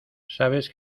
sabes